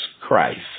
Christ